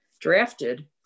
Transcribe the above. drafted